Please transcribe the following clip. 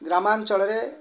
ଗ୍ରାମାଞ୍ଚଳରେ